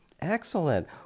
Excellent